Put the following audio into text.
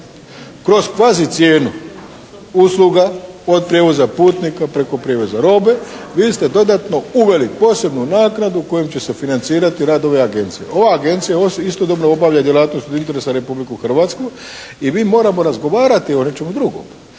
kroz kvazi cijenu usluga, od prijevoza putnika, preko prijevoza robe, vi ste dodatno uveli posebnu naknadu kojom će se financirati radove agencije. Ova agencija istodobno obavlja djelatnost od interesa Republiku Hrvatsku i mi moramo razgovarati o nečemu drugom,